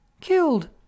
Killed